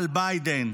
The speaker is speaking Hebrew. על ביידן,